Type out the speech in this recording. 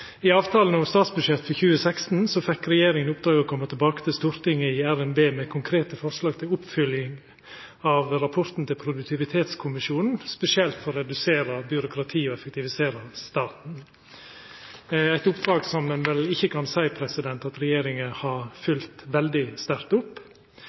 I avtalen om statsbudsjettet for 2016 fekk regjeringa i oppdrag å koma tilbake til Stortinget i revidert nasjonalbudsjett med konkrete forslag til oppfølging av rapporten til Produktivitetskommisjonen, spesielt for å redusera byråkrati og effektivisera staten, eit oppdrag som ein vel ikkje kan seia at regjeringa har